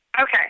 Okay